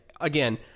again